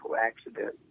accident